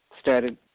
started